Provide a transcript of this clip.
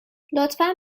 لطفا